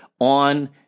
on